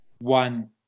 one